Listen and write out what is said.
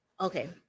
Okay